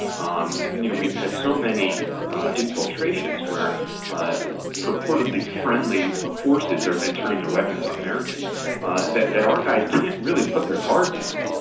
you know we've had so many infiltrations where purportedly friendly ah forces are then turning their weapons on americans that that our guys can't really put their guard down.